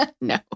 No